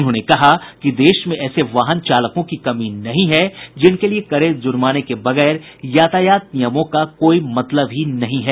उन्होंने कहा कि देश में ऐसे वाहन चालकों की कमी नहीं है जिनके लिये कड़े जुर्माने के बगैर यातायात नियमों का कोई मतलब ही नहीं है